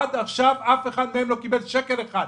עד עכשיו אף אחד מהם לא קיבל שקל אחד,